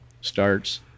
starts